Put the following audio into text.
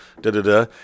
da-da-da